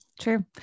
True